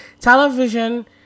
television